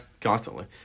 constantly